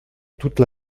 toute